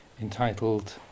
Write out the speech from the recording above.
entitled